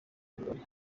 mugore